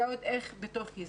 ועוד איך בתוך ישראל.